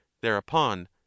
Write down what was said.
thereupon